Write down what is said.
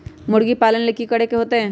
मुर्गी पालन ले कि करे के होतै?